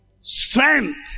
strength